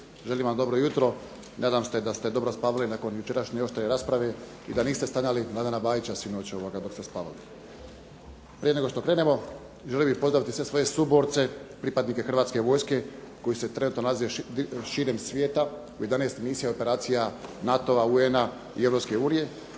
Želim vam dobro jutro! Nadam se da ste dobro spavali nakon jučerašnje oštre rasprave i da niste sanjali Mladena Bajića sinoć dok ste spavali. Prije nego što krenemo želio bih pozdraviti sve svoje suborce, pripadnike Hrvatske vojske koji se trenutno nalaze širom svijeta u 11 misija operacija NATO-a, UN-a i Europske unije,